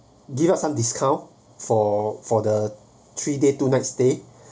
give up some discount for for the three day two night stay